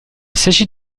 s’agit